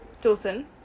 Dawson